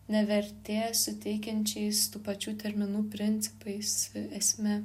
ne vertės suteikiančiais tų pačių terminų principais esme